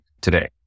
today